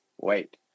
wait